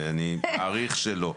ואני מעריך שלא,